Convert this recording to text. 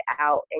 out